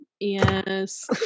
Yes